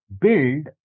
build